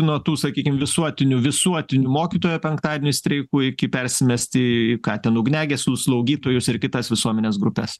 nuo tų sakykim visuotinių visuotinių mokytojo penktadieniais streikų iki persimesti ką ten ugniagesius slaugytojus ir kitas visuomenės grupes